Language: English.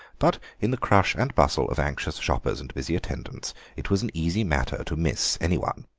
but in the crush and bustle of anxious shoppers and busy attendants it was an easy matter to miss anyone.